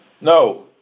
no